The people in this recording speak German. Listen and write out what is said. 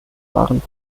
waren